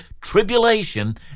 tribulation